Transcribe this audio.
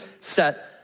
set